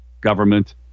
government